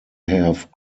have